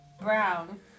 brown